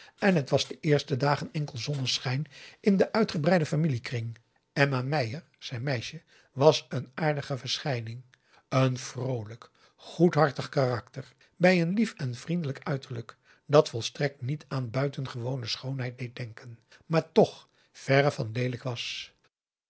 en het was de eerste dagen enkel zonneschijn in den uitgebreiden familiekring emma meier zijn meisje was een aardige verschijning een vroolijk goedhartig karakter bij een lief en vriendelijk uiterlijk dat volstrekt niet aan buitengewone schoonheid deed denken maar toch verre van leelijk was